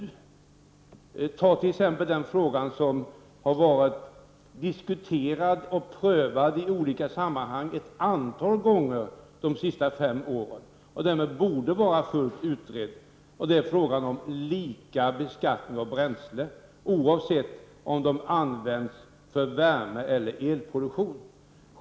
Det gäller t.ex. den fråga som har diskuterats och prövats i olika sammanhang ett antal gånger under de senaste fem åren och som därmed borde vara fullt utredd, nämligen frågan om lika beskattning av bränslen oavsett om de används för värme eller elproduktion.